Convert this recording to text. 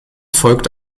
folgt